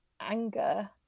anger